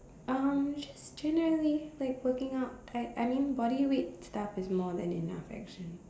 um just generally like working out like I mean bodyweight stuff is more than enough actually